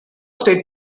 state